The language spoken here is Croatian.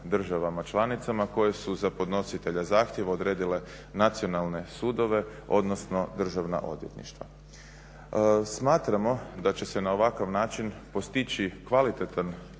državama članicama koje su za podnositelja zahtjeva odredile nacionalne sudove odnosno državna odvjetništva. Smatramo da će se na ovakav način postići kvalitetan